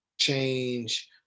change